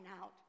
out